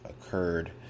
occurred